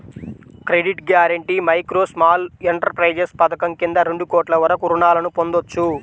credit guarantee micro, small enterprises పథకం కింద రెండు కోట్ల వరకు రుణాలను పొందొచ్చు